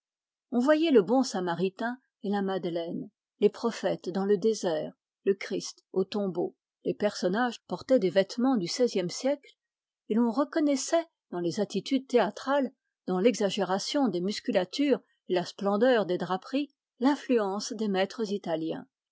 on voyait le bon samaritain et la madeleine les prophètes dans le désert le christ au tombeau les personnages portaient des vêtements du xvie siècle et l'on reconnaissait dans les attitudes théâtrales dans l'exagération des musculatures et la splendeur des draperies l'influence des maîtres italiens